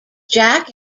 jack